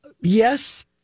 yes